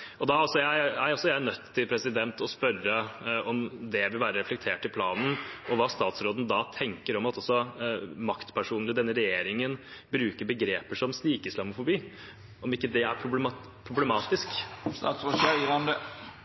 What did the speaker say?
dessverre. Da er også jeg nødt til å spørre om det vil være reflektert i planen, og hva tenker statsråden om at også maktpersoner i denne regjeringen bruker begreper som «snikislamisering»? Er ikke det problematisk?